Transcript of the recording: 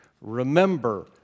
Remember